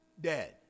dead